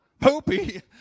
poopy